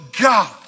God